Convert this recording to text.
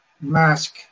mask